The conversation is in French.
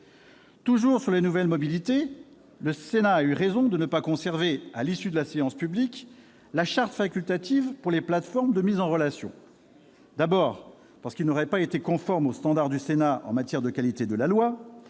! Sur les nouvelles mobilités, le Sénat a eu raison de ne pas conserver, à l'issue des travaux en séance publique, la charte facultative pour les plateformes de mise en relation. Une telle mesure n'aurait pas été conforme à ses standards en matière de qualité de la loi